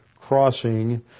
crossing